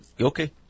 Okay